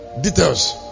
details